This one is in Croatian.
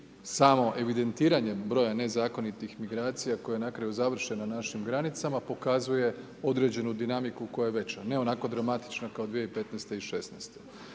samo evidentiranjem broja nezakonitih migracija koje na kraju završe na našim granicama pokazuje određenu dinamiku koja je veća, ne onako dramatična kao 2015. i 2016.